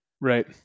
Right